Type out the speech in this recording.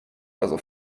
also